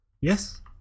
Yes